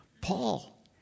Paul